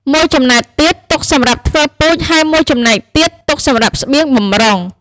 មួយចំណែកទៀតទុកសម្រាប់ធ្វើពូជ ហើយមួយចំណែកទៀតទុកសម្រាប់ស្បៀងបម្រុង។